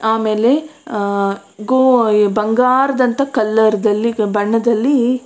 ಆಮೇಲೆ ಗೋಯ್ ಬಂಗಾರ್ದಂಥ ಕಲರ್ದಲ್ಲಿ ಬಣ್ಣದಲ್ಲಿ